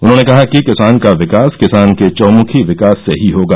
उन्होंने कहा कि किसान का विकास किसान के चहुंमुखी विकास से ही होगा